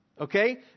Okay